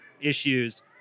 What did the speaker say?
issues